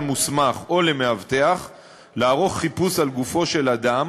מוסמך או למאבטח לערוך חיפוש על גופו של אדם